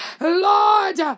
Lord